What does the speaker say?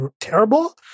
terrible